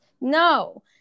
no